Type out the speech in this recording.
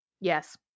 Yes